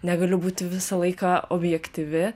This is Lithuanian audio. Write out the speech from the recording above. negaliu būti visą laiką objektyvi